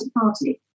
Party